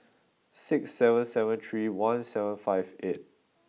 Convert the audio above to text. six seven seven three one seven five eight